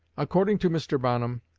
according to mr. bonham,